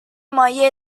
مایه